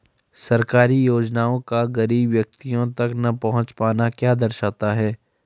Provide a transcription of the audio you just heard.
सरकारी योजनाओं का गरीब व्यक्तियों तक न पहुँच पाना क्या दर्शाता है?